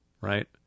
right